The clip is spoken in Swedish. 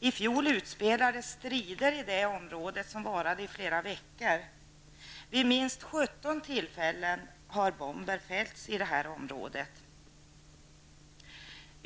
I fjol utspelades i detta område strider som varade i flera veckor, och vid minst 17 tillfällen har bomber fällts i området.